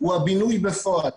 הוא הבינוי בפועל.